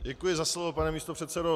Děkuji za slovo, pane místopředsedo.